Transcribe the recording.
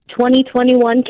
2021